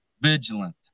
vigilant